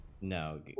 No